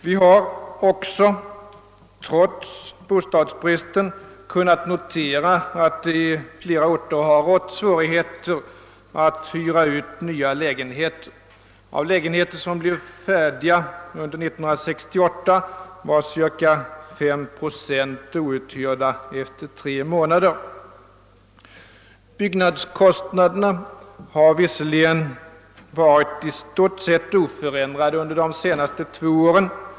Vi har också — trots bostadsbristen — kunnat notera att det i flera orter förekommit svårigheter att hyra ut nya lägenheter, som blev färdiga under 1968. Av dessa lägenheter var cirka 5 procent outhyrda tre månader efter färdigställandet. Byggnadskostnaderna har visserligen varit i stort sett oförändrade under de senaste två åren.